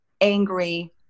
angry